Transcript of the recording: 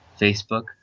Facebook